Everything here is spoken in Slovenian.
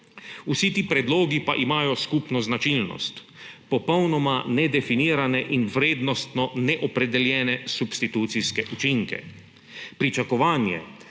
Vsi ti predlogi pa imajo skupno značilnost: popolnoma nedefinirane in vrednostno neopredeljene substitucijske učinke. Pričakovanje,